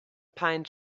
pine